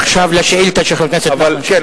עכשיו לשאילתא של חבר הכנסת נחמן שי.